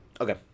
Okay